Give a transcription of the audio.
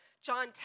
John